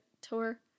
tour